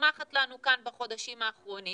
שצומחת לנו כאן בחודשים האחרונים.